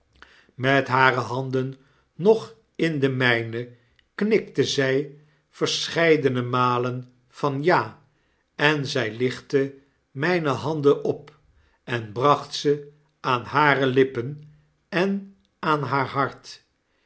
met hare handen nog in de mijne knikte zij verscheidene malen van ja en zij lichtte mijne handen op en bracht ze aan hare lippen en aan haar hart